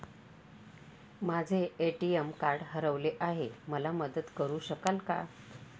माझे ATM card हरवले आहे, मला मदत करु शकाल का?